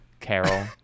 Carol